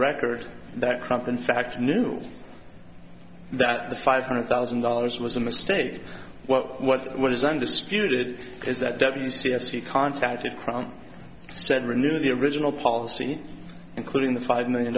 record that kronk in fact knew that the five hundred thousand dollars was a mistake what what what is undisputed is that w c s he contacted said renew the original policy including the five million